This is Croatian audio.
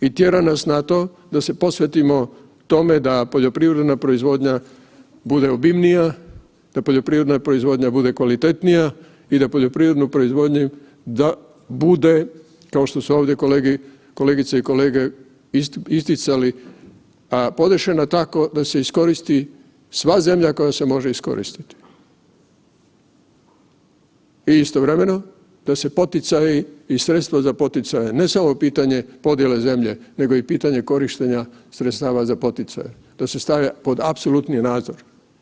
I tjera nas na to da se posvetimo tome da poljoprivredna proizvodnja bude obimnija, da poljoprivredna proizvodnja bude kvalitetnija i da poljoprivrednu proizvodnju da bude, kao što su ovdje kolegice i kolege isticali, a podešena tako da se iskoristi sva zemlja koja se može iskoristiti i istovremeno da se poticaji i sredstva za poticaje, ne samo pitanje podijele zemlje nego i pitanje korištenja sredstava za poticaje da se stave pod apsolutni nadzor.